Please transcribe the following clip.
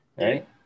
right